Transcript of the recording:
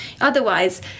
Otherwise